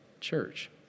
church